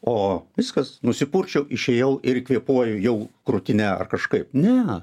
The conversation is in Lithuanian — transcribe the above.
o viskas nusipurčiau išėjau ir kvėpuoju jau krūtine ar kažkaip ne